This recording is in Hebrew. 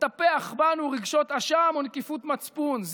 לטפח בנו רגשות אשם ונקיפות מצפון.